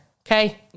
okay